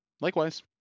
Likewise